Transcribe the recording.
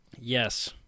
Yes